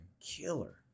Killer